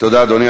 תודה, אדוני.